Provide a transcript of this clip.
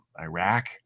Iraq